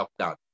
lockdown